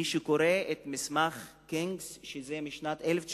מי שקורא את מסמך קניג מ-1975,